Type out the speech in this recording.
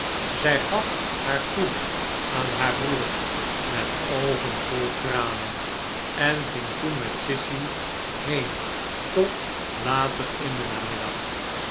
zij gaf haar groet aan haar broeder met oogen vol tranen en ging toen met sissy heen tot later in den namiddag